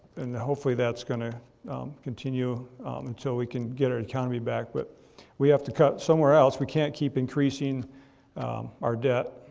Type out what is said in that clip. and hopefully that's gonna continue until we can get our economy back, but we have to cut somewhere else. we can't keep increasing our debt.